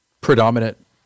predominant